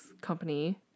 company